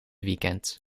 weekend